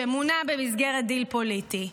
שמונה במסגרת דיל פוליטי,